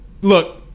look